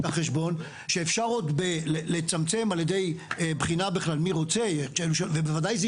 אלא שאפשר עוד לצמצם על ידי בחינה של מי שרוצה ובוודאי המספר